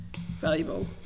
valuable